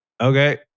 Okay